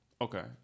Okay